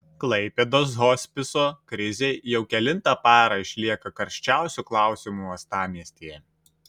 klaipėdos hospiso krizė jau kelintą parą išlieka karščiausiu klausimu uostamiestyje